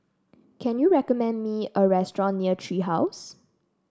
can you recommend me a restaurant near Tree House